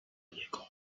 niego